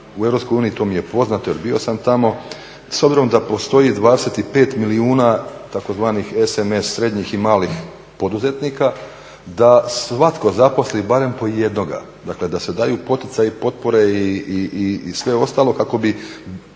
uniji to mi je poznato jer bio sam tamo, s obzirom da postoji 25 milijuna tzv. SMS srednjih i malih poduzetnika, da svatko zaposli barem po jednoga. Dakle, da se daju poticaji, potpore i sve ostalo kako bi